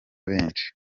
benshi